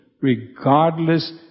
regardless